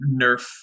Nerf